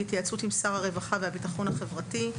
בהתייעצות עם שר הרווחה והביטחון החברתי,